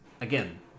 again